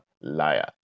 liar